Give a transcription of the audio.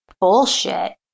bullshit